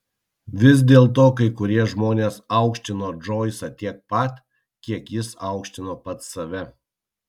vis dėlto kai kurie žmonės aukštino džoisą tiek pat kiek jis aukštino pats save